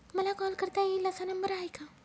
मला कॉल करता येईल असा नंबर आहे का?